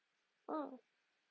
uh